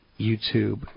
YouTube